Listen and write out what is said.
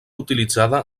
utilitzada